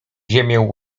ziemię